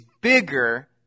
bigger